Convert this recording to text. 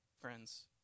friends